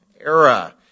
era